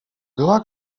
była